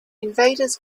invaders